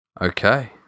Okay